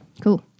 Cool